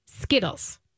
skittles